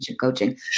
coaching